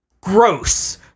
gross